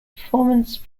performance